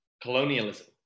colonialism